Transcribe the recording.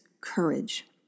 courage